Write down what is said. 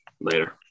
Later